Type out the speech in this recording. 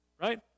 Right